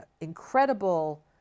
incredible